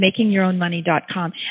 makingyourownmoney.com